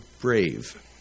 brave